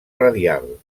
radial